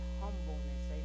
humbleness